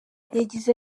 yagize